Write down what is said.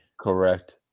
Correct